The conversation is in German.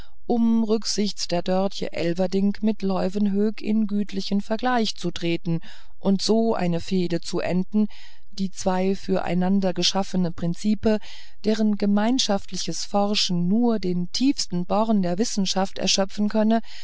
um rücksichts der dörtje elverdink mit leuwenhoek in gütlichen vergleich zu treten und so eine fehde zu enden die zwei für einander geschaffene prinzipe deren gemeinschaftliches forschen nur den tiefsten born der wissenschaft erschöpfen könne